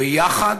ביחד,